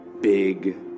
big